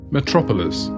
Metropolis